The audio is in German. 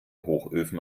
hochöfen